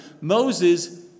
Moses